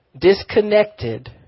Disconnected